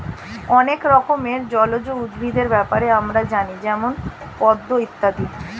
অনেক রকমের জলজ উদ্ভিদের ব্যাপারে আমরা জানি যেমন পদ্ম ইত্যাদি